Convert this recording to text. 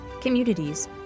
communities